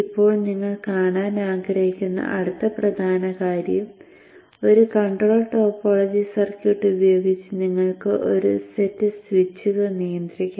ഇപ്പോൾ നിങ്ങൾ കാണാൻ ആഗ്രഹിക്കുന്ന അടുത്ത പ്രധാന കാര്യം ഒരു കൺട്രോൾ ടോപ്പോളജി സർക്യൂട്ട് ഉപയോഗിച്ച് നിങ്ങൾക്ക് ഒരു സെറ്റ് സ്വിച്ചുകൾ നിയന്ത്രിക്കാം